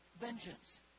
vengeance